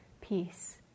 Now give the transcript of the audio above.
peace